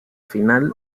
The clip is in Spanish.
final